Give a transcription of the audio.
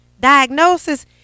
diagnosis